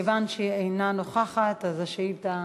מכיוון שהיא אינה נוכחת, השאילתה